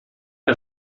que